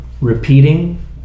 repeating